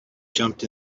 jumped